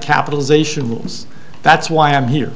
capitalization rules that's why i am here